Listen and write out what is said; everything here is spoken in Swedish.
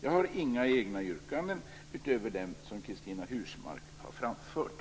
Jag har inga egna yrkanden utöver dem som Cristina Husmark Pehrsson har framfört.